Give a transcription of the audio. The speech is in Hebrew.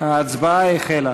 ההצבעה החלה.